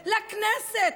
לכנסת,